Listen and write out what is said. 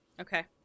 Okay